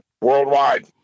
worldwide